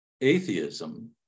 atheism